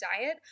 diet